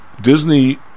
Disney